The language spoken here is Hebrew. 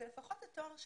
זה לפחות התואר שלך,